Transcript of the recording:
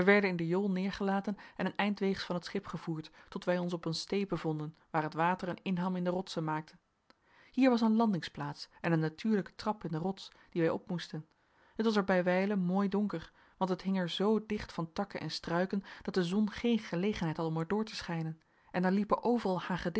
in de jol neergelaten en een eindweegs van het schip gevoerd tot wij ons op een stee bevonden waar het water een inham in de rotsen maakte hier was een landingsplaats en een natuurlijke trap in de rots die wij op moesten het was er bijwijlen mooi donker want het hing er zoo dicht van takken en struiken dat de zon geen gelegenheid had om er door te schijnen en er liepen overal